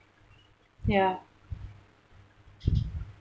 ya